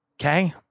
Okay